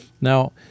Now